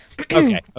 Okay